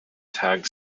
tagged